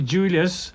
Julius